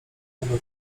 mogła